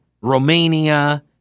Romania